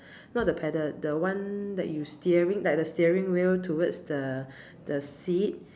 not the pedal the one that you steering like the steering wheel towards the the seat